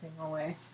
away